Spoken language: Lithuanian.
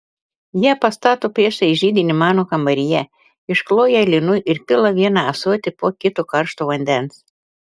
ją pastato priešais židinį mano kambaryje iškloja linu ir pila vieną ąsotį po kito karšto vandens